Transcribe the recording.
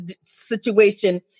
situation